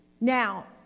Now